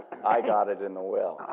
i got it in the will.